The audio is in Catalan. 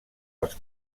els